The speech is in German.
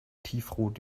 tiefrot